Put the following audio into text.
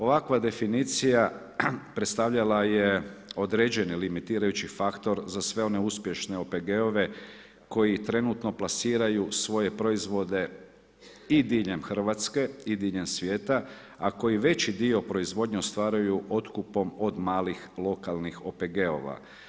Ovakva definicija predstavljala je određeni limitirajući faktor za sve one uspješne OPG-ove koji trenutno plasiraju svoje proizvode i diljem RH i diljem svijeta, a koji veći dio proizvodnje ostvaruju otkupom od malih lokalnih OPG-ova.